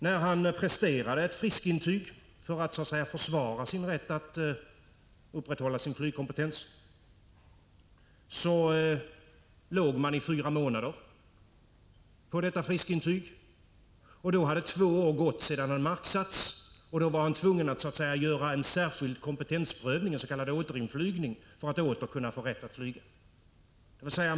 När han presterade ett friskintyg för att försvara sin rätt att upprätthålla sin flygkompetens, hade man ”legat” på detta friskintyg i fyra månader. Då hade två år gått sedan han marksatts, och då var han tvungen att så att säga genomgå en särskild kompetensprövning, en s.k. återinflygning, för att åter få rätt att flyga.